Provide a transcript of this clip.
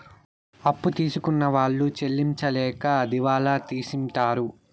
అప్పు తీసుకున్న వాళ్ళు చెల్లించలేక దివాళా తీసింటారు